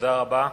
תודה רבה.